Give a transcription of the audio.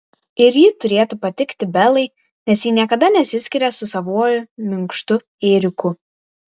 ir ji turėtų patikti belai nes ji niekada nesiskiria su savuoju minkštu ėriuku